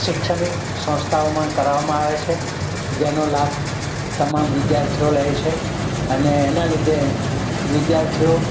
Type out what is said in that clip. શૈક્ષણિક સંસ્થાઓમાં કરાવવામાં આવે છે જેનો લાભ તમામ વિદ્યાર્થીઓ લે છે અને એના લીધે વિદ્યાર્થીઓ